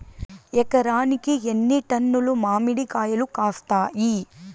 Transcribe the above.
ఎకరాకి ఎన్ని టన్నులు మామిడి కాయలు కాస్తాయి?